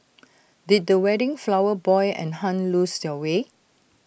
did the wedding flower boy and Hun lose their way